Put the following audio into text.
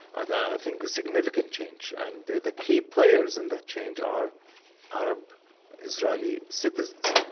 i think a significant change, and the key players in that change are arab israeli citizens.